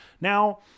Now